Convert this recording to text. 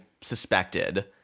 suspected